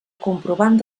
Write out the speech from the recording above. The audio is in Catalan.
comprovant